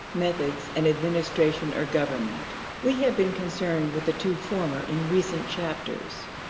methods, and administration or government. we have been concerned with the two former in recent chapters.